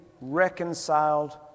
reconciled